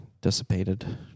dissipated